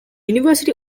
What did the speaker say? university